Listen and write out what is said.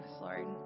Lord